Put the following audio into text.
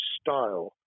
style